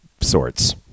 sorts